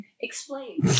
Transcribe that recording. Explain